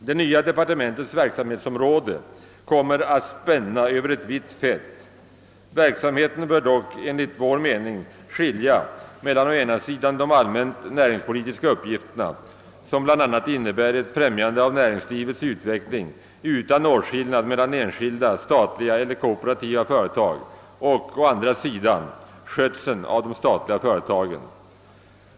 Det nya departementets verksamhetsområde kommer att spänna över ett vitt fält. Verksamheten bör dock enligt vår mening skilja mellan å ena sidan de allmänt näringspolitiska uppgifterna, som bl.a. innebär ett främjande av näringslivets utveckling utan åtskillnad mellan enskilda, statliga eller kooperativa företag, och å andra sidan skötseln av de statliga företagen.